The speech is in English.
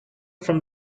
from